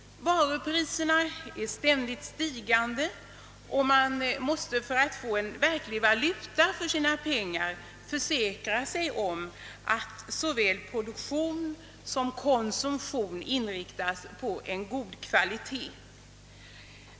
Varupriserna är ständigt stigande och man måste, för att få verklig valuta för sina pengar, försäkra sig om att såväl produktion som konsumtion inriktas på god kvalitet.